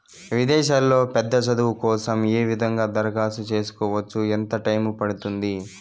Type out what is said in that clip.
విదేశాల్లో పెద్ద చదువు కోసం ఏ విధంగా దరఖాస్తు సేసుకోవచ్చు? ఎంత టైము పడుతుంది?